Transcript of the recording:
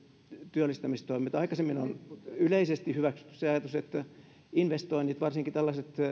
työllistämistoimet aikaisemmin on yleisesti hyväksytty se ajatus että investoinnit varsinkin tällaiset